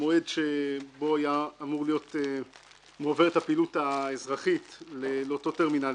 המועד שבו הייתה אמורה להיות מועברת הפעילות האזרחית לאותו טרמינל,